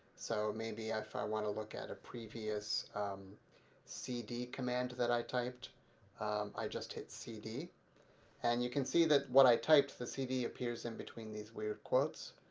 so maybe if i want to look at a previous cd command that i typed i just hit cd and you can see that what i typed the cd appears and between these weird quotes.